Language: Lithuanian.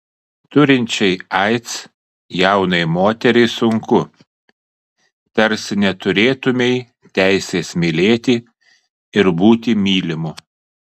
turinčiai aids jaunai moteriai sunku tarsi neturėtumei teisės mylėti ir būti mylimu